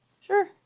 Sure